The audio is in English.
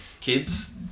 kids